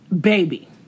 Baby